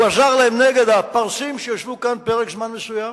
הוא עזר להם נגד הפרסים שישבו כאן פרק זמן מסוים.